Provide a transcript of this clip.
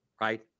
Right